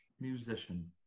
musician